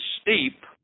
steep